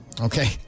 Okay